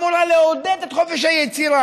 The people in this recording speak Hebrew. אמורה לעודד את חופש היצירה,